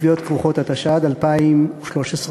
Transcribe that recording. בתביעות כרוכות), התשע"ד 2013,